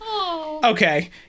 Okay